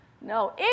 No